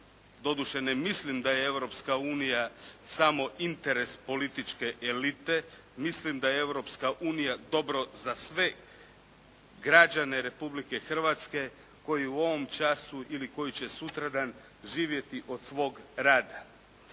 doduše ne mislim da je Europska unija samo interes političke elite, mislim da je Europska unija dobro za sve građane Republike Hrvatske koji u ovom času ili koji će sutradan živjeti od svog rada.